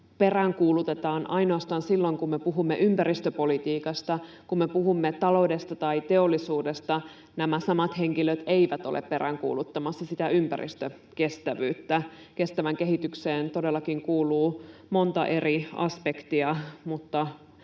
peräänkuulutetaan ainoastaan silloin, kun me puhumme ympäristöpolitiikasta. Kun me puhumme taloudesta tai teollisuudesta, nämä samat henkilöt eivät ole peräänkuuluttamassa sitä ympäristökestävyyttä. Kestävään kehitykseen todellakin kuuluu monta eri aspektia,